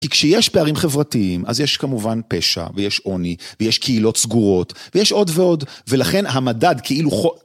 כי כשיש פערים חברתיים אז יש כמובן פשע ויש עוני ויש קהילות סגורות ויש עוד ועוד ולכן המדד כאילו